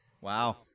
Wow